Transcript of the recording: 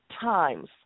times